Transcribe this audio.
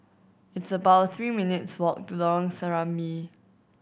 it's about three minutes' walk to Lorong Serambi